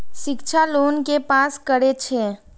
शिक्षा लोन के पास करें छै?